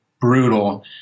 brutal